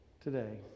today